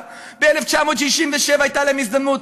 ב-1967 הייתה להם הזדמנות.